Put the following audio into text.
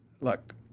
Look